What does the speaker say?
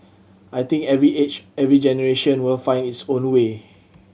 I think every age every generation will find its own way